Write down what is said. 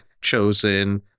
chosen